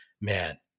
man